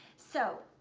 so,